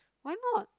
why not